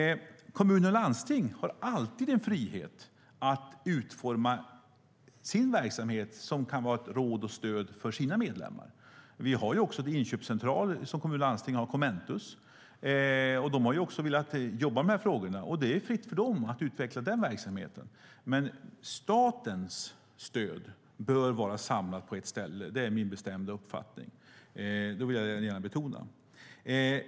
Kommuner och landsting har alltid en frihet att utforma sin verksamhet som kan utgöra råd och stöd för deras medlemmar. Vi har inköpscentraler. Sveriges Kommuner och Landsting har Kommentus. De har velat jobba med de här frågorna, och det står dem fritt att utveckla den verksamheten. Men statens stöd bör vara samlat på ett ställe. Det är min bestämda uppfattning. Det vill jag betona.